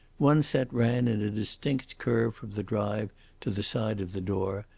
one set ran in a distinct curve from the drive to the side of the door,